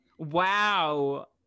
wow